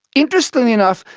interestingly enough,